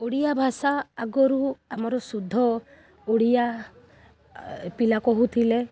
ଓଡ଼ିଆ ଭାଷା ଆଗରୁ ଆମର ଶୁଦ୍ଧ ଓଡ଼ିଆ ପିଲା କହୁଥିଲେ